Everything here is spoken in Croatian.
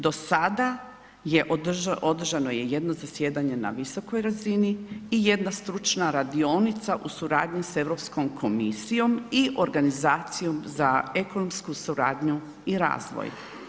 Do sada je održano jedno zasjedanje na visokoj razini i jedna stručna radionica u suradnji sa Europskom komisijom i Organizacijom za ekonomsku suradnju i razvoj.